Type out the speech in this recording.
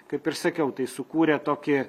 kaip ir sakiau tai sukūrė tokį